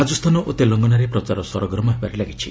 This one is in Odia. ରାଜସ୍ଥାନ ଓ ତେଲଙ୍ଗାନାରେ ପ୍ରଚାର ସରଗରମ ହେବାରେ ଲାଗିଛି